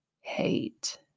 hate